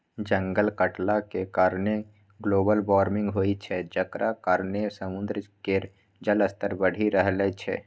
जंगल कटलाक कारणेँ ग्लोबल बार्मिंग होइ छै जकर कारणेँ समुद्र केर जलस्तर बढ़ि रहल छै